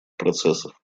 процессов